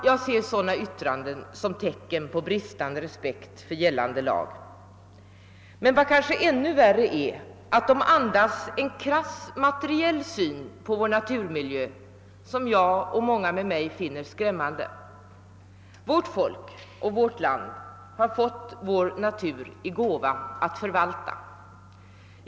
Jag ser sådana yttranden som tecken på bristande respekt för gällande lag. Men vad värre är: de andas en krass materiell syn på vår naturmiljö, vilket jag och många med mig finner skrämmande. Vårt folk och vårt land har fått naturen i gåva att förvalta.